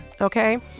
okay